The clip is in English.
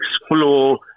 explore